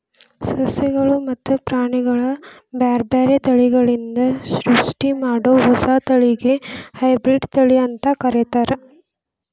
ಸಸಿಗಳು ಮತ್ತ ಪ್ರಾಣಿಗಳ ಬ್ಯಾರ್ಬ್ಯಾರೇ ತಳಿಗಳಿಂದ ಸೃಷ್ಟಿಮಾಡೋ ಹೊಸ ತಳಿಗೆ ಹೈಬ್ರಿಡ್ ತಳಿ ಅಂತ ಕರೇತಾರ